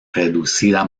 reducida